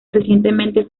recientemente